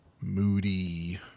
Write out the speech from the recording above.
moody